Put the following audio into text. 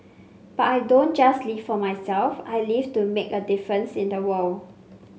but I don't just live for myself I live to make a difference in the world